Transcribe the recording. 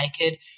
naked